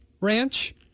Ranch